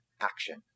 action